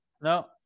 No